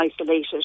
isolated